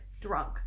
drunk